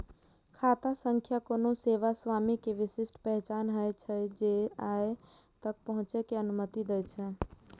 खाता संख्या कोनो सेवा स्वामी के विशिष्ट पहचान होइ छै, जे ओइ तक पहुंचै के अनुमति दै छै